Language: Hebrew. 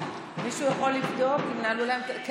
מישהו יכול לבדוק אם נעלו להם את הדלת?